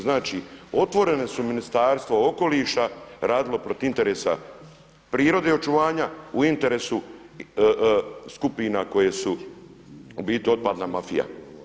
Znači, otvoreno su Ministarstvo okoliša radilo protiv interesa prirode i očuvanja u interesu skupina koje su u biti otpadna mafija.